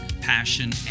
passion